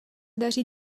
daří